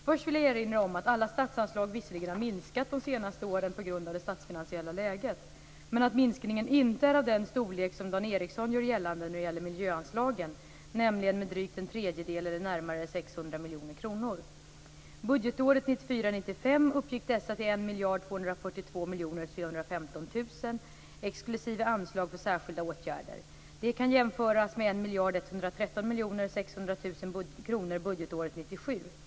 Först vill jag erinra om att alla statsanslag visserligen har minskat de senaste åren på grund av det statsfinansiella läget, men att minskningen inte är av den storlek som Dan Ericsson gör gällande när det gäller miljöanslagen, nämligen med drygt en tredjedel eller närmare 600 miljoner kronor. Budgetåret 1994/95 uppgick dessa till 1 242 315 000 kronor exklusive anslag för särskilda åtgärder. Det kan jämföras med 1 113 600 000 kronor budgetåret 1997.